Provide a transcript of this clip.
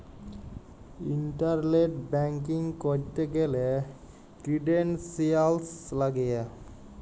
internet banking ক্যরতে গ্যালে credentials লাগিয়ে